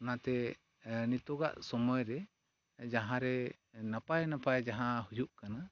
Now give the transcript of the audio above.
ᱚᱱᱟᱛᱮ ᱱᱤᱛᱳᱜᱟᱜ ᱥᱚᱢᱚᱭᱨᱮ ᱡᱟᱦᱟᱨᱮ ᱱᱟᱯᱟᱭ ᱱᱟᱯᱟᱭ ᱡᱟᱦᱟᱸ ᱦᱩᱭᱩᱜ ᱠᱟᱱᱟ